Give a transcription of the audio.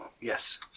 yes